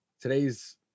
today's